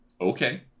okay